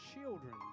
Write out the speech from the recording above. children